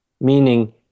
meaning